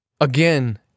Again